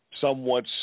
somewhat